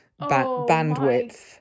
bandwidth